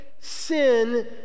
Sin